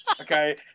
Okay